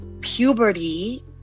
puberty